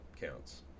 counts